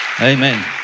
Amen